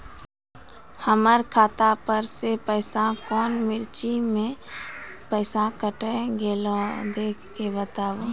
हमर खाता पर से पैसा कौन मिर्ची मे पैसा कैट गेलौ देख के बताबू?